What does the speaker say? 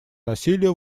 насилия